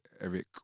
Eric